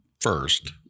first